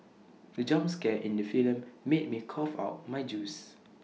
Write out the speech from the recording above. the jump scare in the film made me cough out my juice